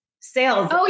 sales